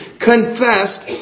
confessed